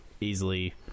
easily